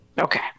Okay